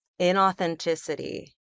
Inauthenticity